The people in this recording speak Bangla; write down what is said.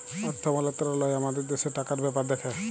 অথ্থ মলত্রলালয় আমাদের দ্যাশের টাকার ব্যাপার দ্যাখে